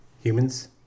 Humans